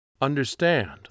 Understand